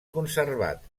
conservat